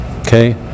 Okay